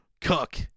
cook